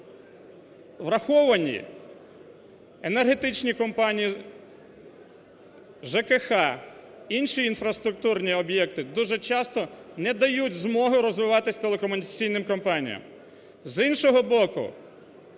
враховані, енергетичні компанії, ЖКГ, інші інфраструктурні об'єкти дуже часто не дають змоги розвиватись телекомунікаційним компаніям.